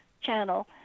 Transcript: channel